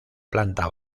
planta